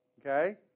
Okay